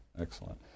Excellent